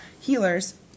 healers